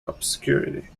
obscurity